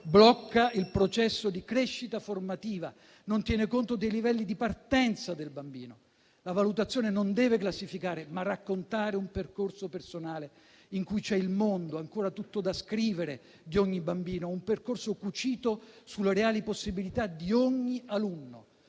blocca il processo di crescita formativa, non tiene conto dei livelli di partenza del bambino. La valutazione non deve classificare, ma raccontare un percorso personale, in cui c'è il mondo, ancora tutto da scrivere, di ogni bambino, un percorso cucito sulle reali possibilità di ogni alunno.